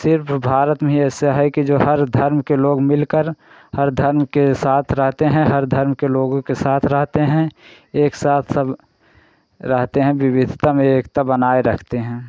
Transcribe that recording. सिर्फ भारत में ही ऐसा है कि जो हर धर्म के लोग मिलकर हर धर्म के साथ रहते हैं हर धर्म के लोगों के साथ रहते हैं एक साथ सब रहते हैं विविधता में एकता बनाए रखते हैं